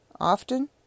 often